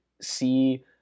see